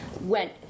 went